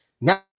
Now